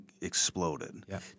exploded